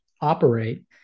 operate